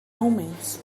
omens